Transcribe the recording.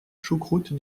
choucroute